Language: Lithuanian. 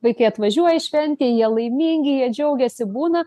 vaikai atvažiuoja į šventę jie laimingi jie džiaugiasi būna